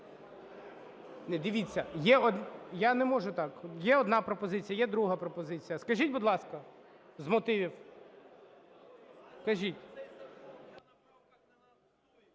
так, є одна пропозиція, є друга пропозиція. Скажіть, будь ласка… З мотивів?